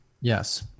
Yes